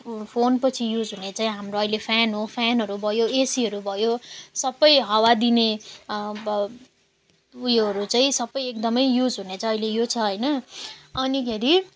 phone पछि use हुने चाहिँ हाम्रो अहिले फेन हो फेनहरू भयो एसीहरू भयो सब हावा दिने अब उयोहरू चाहिँ सब एकदम युज हुने चाहिँ अहिले यो छ होइन अनिखेरि